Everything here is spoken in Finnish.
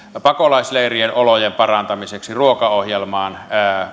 pakolaisleirien olojen parantamiseksi ruokaohjelmaan